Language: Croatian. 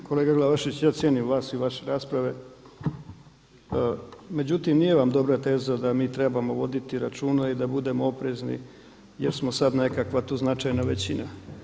Uvaženi kolega Glavašević, ja cijenim vas i vaše rasprave, međutim nije vam dobra teza da mi trebamo voditi računa i da budemo oprezni jer smo sada nekakva tu značajna većina.